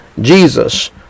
Jesus